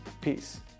peace